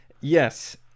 Yes